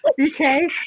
Okay